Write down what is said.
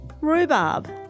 Rhubarb